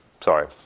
sorry